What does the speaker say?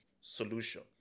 solution